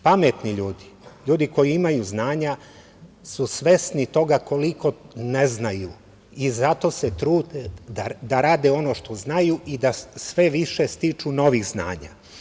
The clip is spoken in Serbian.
Pametni ljudi, ljudi koji imaju znanja su svesni toga koliko ne znaju i zato se trude da rade ono što znaju i da sve više stiču novih znanja.